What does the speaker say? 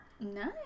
Nice